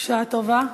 בשעה טובה,